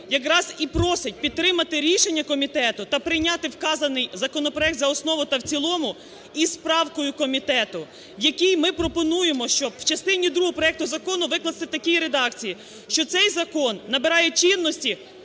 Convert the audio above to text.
якраз і просить підтримати рішення комітету та прийняти вказаний законопроект за основу та в цілому із правкою комітету, в якій ми пропонуємо, щоб частину другу проекту Закону викласти в такій редакції, що цей закон набирає чинності